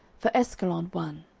for askelon one,